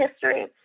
history